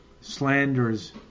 slanders